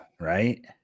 right